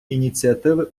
ініціативи